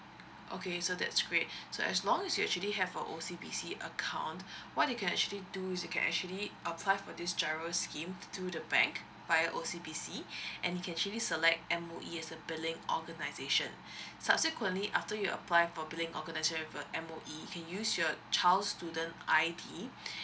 okay so that's great so as long as you actually have a O_C_B_C account what they can actually do is you can actually apply for this G_I_R_O scheme through the bank via O_C_B_C and you can actually select M_O_E as a billing organisation subsequently after you apply for billing organisation with your M_O_E you can use your child's student I_D